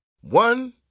One